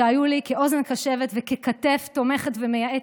שהיו לי אוזן קשבת וכתף תומכת ומייעצת,